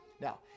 Now